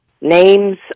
names